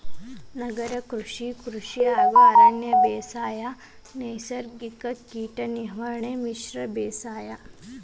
ನಗರ ಕೃಷಿ, ಕೃಷಿ ಹಾಗೂ ಅರಣ್ಯ ಬೇಸಾಯ, ನೈಸರ್ಗಿಕ ಕೇಟ ನಿರ್ವಹಣೆ, ಮಿಶ್ರ ಬೇಸಾಯ